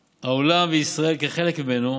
העולם, וישראל כחלק ממנו,